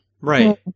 Right